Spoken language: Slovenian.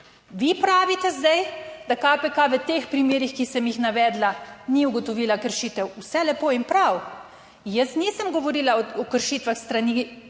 Vi pravite zdaj, da KPK v teh primerih, ki sem jih navedla, ni ugotovila kršitev, vse lepo in prav, jaz nisem govorila o kršitvah s strani